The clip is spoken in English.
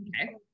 okay